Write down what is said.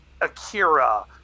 akira